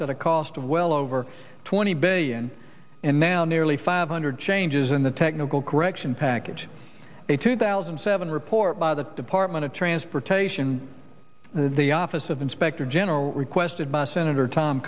at a cost of well over twenty billion and now nearly five hundred changes in the technical correction package a two thousand and seven report by the department of transportation the office of inspector general requested by senator tom